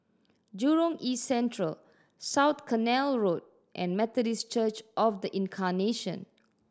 Jurong East Central South Canal Road and Methodist Church Of The Incarnation